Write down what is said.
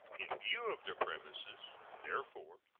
in view of the premises, therefore,